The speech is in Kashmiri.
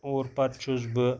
اور پَتہٕ چھُس بہٕ